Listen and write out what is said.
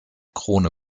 krone